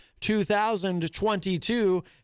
2022